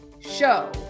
show